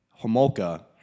Homolka